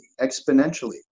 exponentially